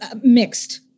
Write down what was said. mixed